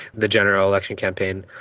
the general election campaign.